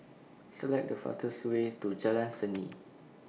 Select The fastest Way to Jalan Seni